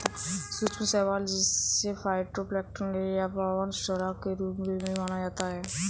सूक्ष्म शैवाल जिसे फाइटोप्लैंक्टन या प्लवक शैवाल के रूप में भी जाना जाता है